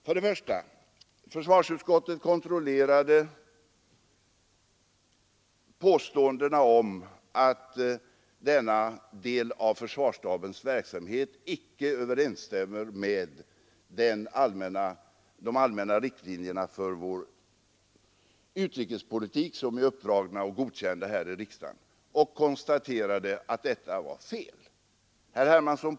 För det första: Försvarsutskottet kontrollerade påståendena om att denna del av försvarsstabens verksamhet icke överensstämmer med de allmänna riktlinjer för vår utrikespolitik som är uppdragna och godkända av riksdagen och konstaterade därvid att påståendena var felaktiga.